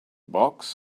box